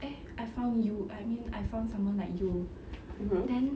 eh I found you I mean I found someone like you then